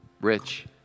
rich